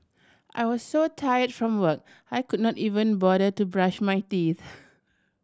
I was so tired from work I could not even bother to brush my teeth